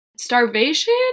starvation